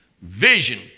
Vision